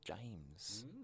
James